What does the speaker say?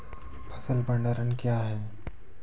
फसल भंडारण क्या हैं?